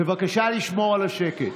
בבקשה לשמור על השקט.